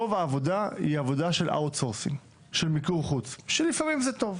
רוב העבודה היא עבודה של מיקור חוץ שלעיתים זה טוב.